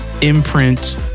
imprint